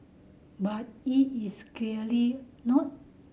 but it is clearly not